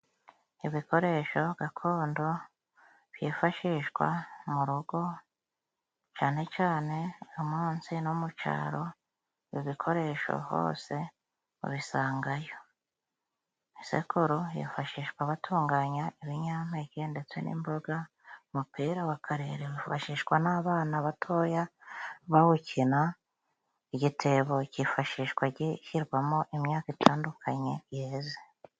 Ibikoresho gakondo byifashishwa mu rugo cyane cyane amonse no mu caro ibikoresho hose babisangayo. Isekuru hifashishwa abatunganya ibinyampeke ndetse n'imboga. Mupira w'akarere bifashishwa n'abana batoya bawukina. Igitebo cyifashishwa gishyirwamo imyaka itandukanye yeze.